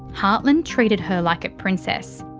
hartland treated her like a princess.